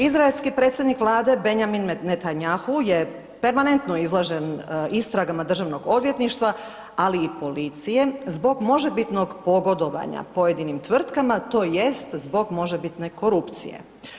Izraelski predsjednik Vlade Benjamin Netanjahu je permanentno izložen istragama državnog odvjetništva, ali i policije, zbog možebitnog pogodovanja pojedinim tvrtkama tj. zbog možebitne korupcije.